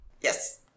Yes